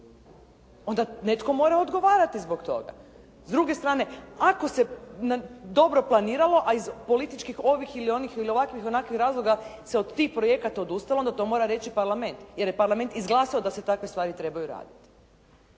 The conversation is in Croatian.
onda netko mora odgovarati zbog toga S druge strane ako se dobro planiralo, a iz političkih ovih ili onih, ili ovakvih i onakvih razloga se od tih projekata odustalo onda to mora reći Parlament, jer je Parlament izglasao da se takve stvari trebaju raditi.